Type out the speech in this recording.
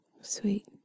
sweet